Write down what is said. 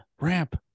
ramp